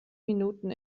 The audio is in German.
minuten